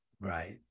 right